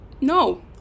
no